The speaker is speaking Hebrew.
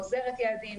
גוזרת יעדים,